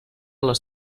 les